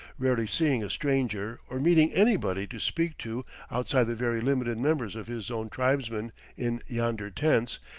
rarely seeing a stranger or meeting anybody to speak to outside the very limited members of his own tribesmen in yonder tents,